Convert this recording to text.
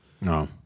No